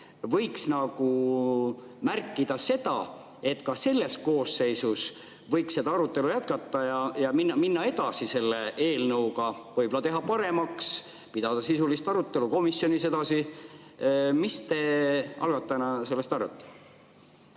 võiks märkida seda, et ka selles koosseisus võiks seda arutelu jätkata ja minna edasi selle eelnõuga, võib-olla teha seda paremaks ja pidada sisulist arutelu komisjonis edasi? Mis te sellest arvate?